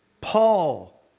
Paul